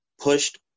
pushed